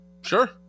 Sure